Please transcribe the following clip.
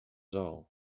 all